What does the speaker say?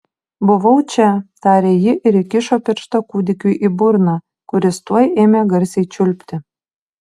buvau čia tarė ji ir įkišo pirštą kūdikiui į burną kuris tuoj ėmė garsiai čiulpti